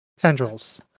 tendrils